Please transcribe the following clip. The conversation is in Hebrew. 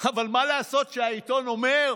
אבל מה לעשות שהעיתון אומר: